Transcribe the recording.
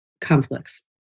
conflicts